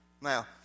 Now